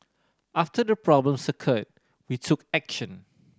after the problems occurred we took action